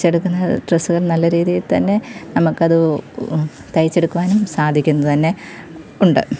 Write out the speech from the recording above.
തയ്ച്ചെടുക്കുന്ന ഡ്രസ്സ്കൾ നല്ല രീതിയിൽ തന്നെ നമുക്കത് തയ്ച്ചെടുക്കുവാനും സാധിക്കുന്നു തന്നെ ഉണ്ട്